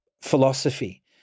philosophy